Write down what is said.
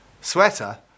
sweater